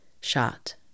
shot